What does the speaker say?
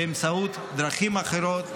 בדרכים אחרות,